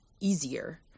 easier